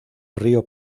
río